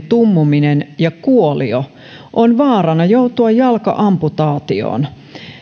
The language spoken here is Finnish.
tummuminen ja kuolio on vaarana joutua jalka amputaatioon